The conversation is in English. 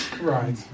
Right